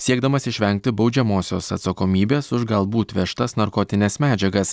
siekdamas išvengti baudžiamosios atsakomybės už galbūt vežtas narkotines medžiagas